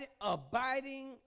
abiding